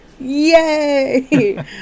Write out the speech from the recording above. Yay